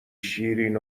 شیرین